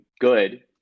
good